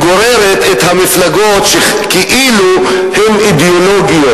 גוררות את המפלגות שכאילו הן אידיאולוגיות.